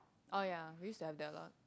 orh ya we use to have that lah